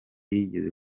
yigeze